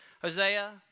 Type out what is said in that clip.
Hosea